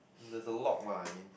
there's a lock lah I mean